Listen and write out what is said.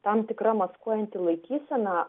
tam tikra maskuojanti laikysena